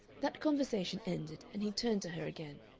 that conversation ended and he turned to her again.